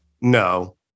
no